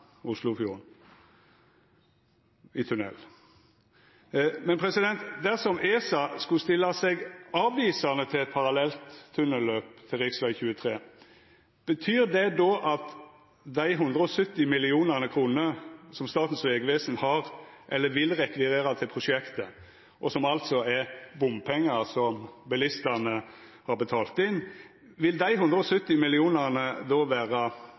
Oslofjorden. Her er det snakk om kryssing under Oslofjorden, i tunnel. Dersom ESA skulle stilla seg avvisande til eit parallelt tunnelløp til rv. 23, betyr det då at dei 170 mill. kr som Statens vegvesen vil rekvirera til prosjektet, og som altså er bompengar som bilistane har betalt inn, vil vera